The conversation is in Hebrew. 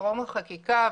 טרום החקיקה,